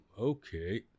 Okay